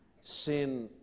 sin